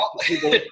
people